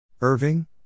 Irving